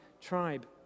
tribe